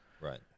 Right